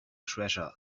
treasure